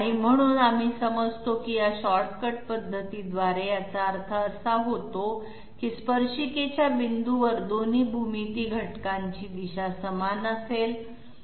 म्हणून आम्ही समजतो की या शॉर्टकट पद्धतीद्वारे याचा अर्थ असा होतो की स्पर्शिकेच्या पॉईंटंवर दोन्ही भूमिती घटकांची दिशा समान असेल